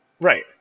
Right